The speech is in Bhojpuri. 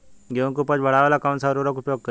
गेहूँ के उपज बढ़ावेला कौन सा उर्वरक उपयोग करीं?